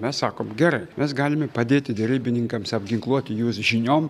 mes sakom gerai mes galime padėti derybininkams apginkluoti jus žiniom